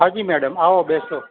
હાંજી madam આવો બેસો